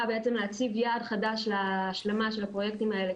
בעצם להציג יעד חדש להשלמה של הפרויקטים האלה,